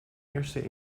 eerste